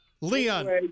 Leon